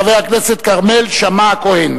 חבר הכנסת כרמל שאמה-הכהן.